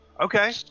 Okay